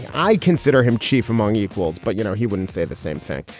i consider him chief among equals. but, you know, he wouldn't say the same thing.